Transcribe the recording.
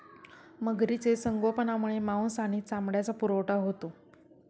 मगरीचे संगोपनामुळे मांस आणि चामड्याचा पुरवठा होतो